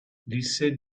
disse